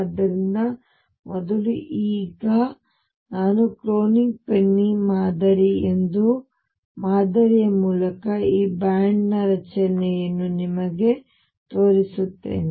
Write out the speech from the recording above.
ಆದ್ದರಿಂದ ಮೊದಲು ಈಗ ನಾನು ಕ್ರೋನಿಗ್ ಪೆನ್ನಿ ಮಾದರಿ ಎಂಬ ಮಾದರಿಯ ಮೂಲಕ ಈ ಬ್ಯಾಂಡ್ ರಚನೆಯನ್ನು ನಿಮಗೆ ತೋರಿಸುತ್ತೇನೆ